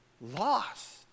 lost